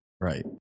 Right